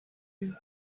him